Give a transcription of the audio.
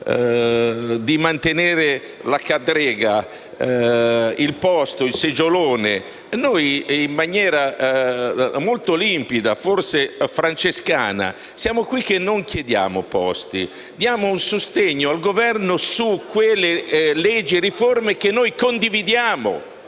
di mantenere la cadrega, il posto, il seggiolone. Noi, in maniera molto limpida, forse francescana, siamo qui e non chiediamo posti ma diamo un sostegno al Governo sulle leggi e sulle riforme che condividiamo.